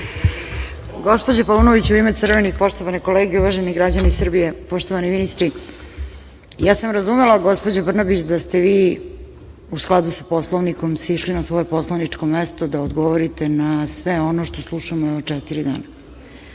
Gospođa Paunović, u ime crvenih, poštovane kolege i uvaženi građani Srbije, poštovani ministri. Razumela sam gospođu Brnabić da ste vi u skladu sa Poslovnikom sišli na svoje poslaničko mesto da odgovorite na sve ono što slušamo ova četiri dana,